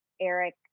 Eric